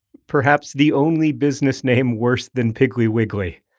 perhaps the only business name worse than piggly wiggly.